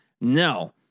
No